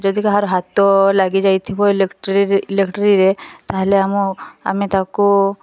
ଯଦି କାହାର ହାତ ଲାଗିଯାଇଥିବ ଇଲେକ୍ଟ୍ରି ଇଲେକ୍ଟ୍ରିରେ ତାହାହେଲେ ଆମ ଆମେ ତାକୁ